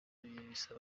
bisaba